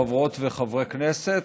חברות וחברי כנסת,